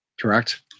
correct